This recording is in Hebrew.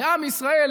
לעם ישראל,